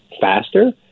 faster